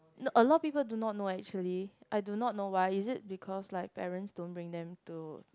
no a lot people do not know actually I do not know why is it because like parents don't bring them to